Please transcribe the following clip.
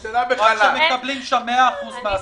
--- מקבלים שם 100% מהשכר.